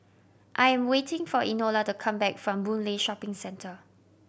I am waiting for Enola to come back from Boon Lay Shopping Centre